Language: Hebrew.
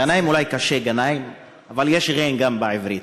ע'נאים אולי קשה, גנאים, אבל יש ע'ין גם בעברית.